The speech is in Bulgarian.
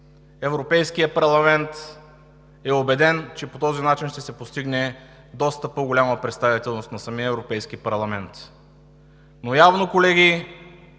Европейският парламент е убеден, че по този начин ще се постигне доста по-голяма представителност на самия Европейски парламент. Но явно, колеги,